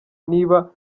niba